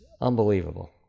Unbelievable